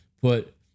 put